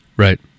Right